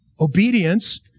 Obedience